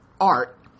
art